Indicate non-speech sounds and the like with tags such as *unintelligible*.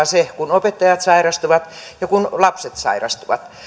*unintelligible* se kun opettajat sairastuvat ja kun lapset sairastuvat